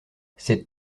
c’est